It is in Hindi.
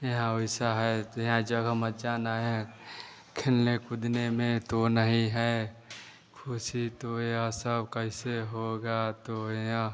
यहाँ वैसा है यहाँ जगह मचाना है खेलने कूदने में तो नहीं है ख़ुशी तो यह सब कैसे होगा तो यह